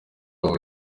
uwo